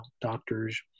doctors